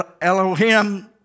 Elohim